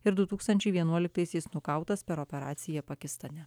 ir du tūkstančiai vienuoliktaisiais nukautas per operaciją pakistane